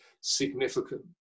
significant